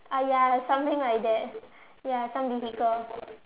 ah ya something like that ya some vehicle